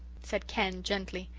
said ken gently.